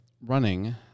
running